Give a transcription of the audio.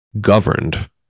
governed